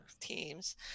teams